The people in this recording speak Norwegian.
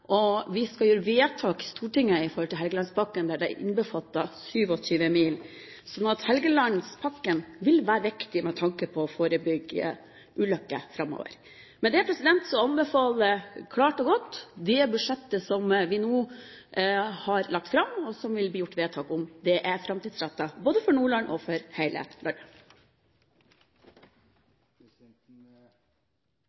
og vi skal gjøre vedtak i Stortinget i forhold til Helgelandspakken som innbefatter 27 mil. Helgelandspakken vil være viktig med tanke på å forebygge ulykker framover. Med det anbefaler jeg klart og godt det budsjettet som vi nå har lagt fram og som vil bli vedtatt. Det er framtidsrettet, både for Nordland og for hele landet.